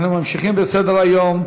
אנחנו ממשיכים בסדר-היום: